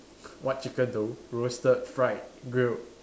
what chicken though roasted fried grilled